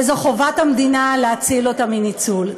וזו חובת המדינה להציל אותה מניצול.